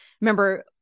remember